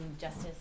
Justice